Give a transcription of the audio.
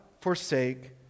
forsake